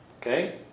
Okay